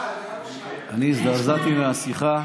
אני הזדעזעתי מהשיחה,